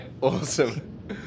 Awesome